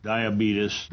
Diabetes